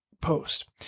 post